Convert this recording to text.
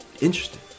interesting